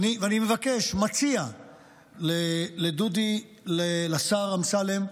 ואני מבקש, מציע לדודי, לשר אמסלם,